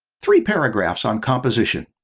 three paragraphs on composition